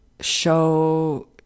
show